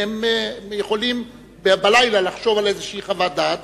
הם יכולים בלילה לחשוב על איזו חוות דעת,